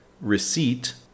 receipt